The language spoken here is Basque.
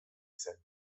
zen